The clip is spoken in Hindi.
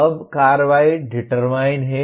अब कार्रवाई डिटरमाइन है